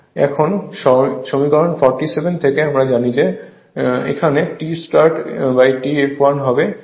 এখন সমীকরণ 47 থেকে আমরা জানি যে এখানে T startT fl হবে